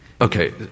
Okay